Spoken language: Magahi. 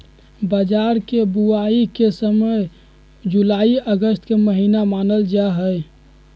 बाजरा के बुवाई के समय जुलाई अगस्त के महीना मानल जाहई